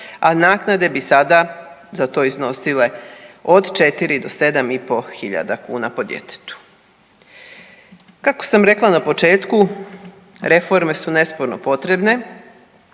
a naknade bi sada za to iznosile od 4 do 7.500 kuna po djetetu. Kako sam rekla na početku, reforme su nesporno potrebne